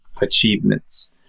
achievements